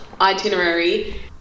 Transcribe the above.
itinerary